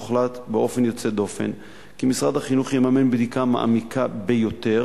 הוחלט באופן יוצא דופן כי משרד החינוך יממן בדיקה מעמיקה ביותר,